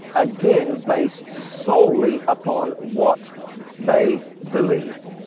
again, based solely upon what they believed.